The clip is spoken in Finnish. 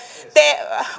te